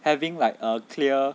having like a clear